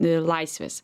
ir laisvės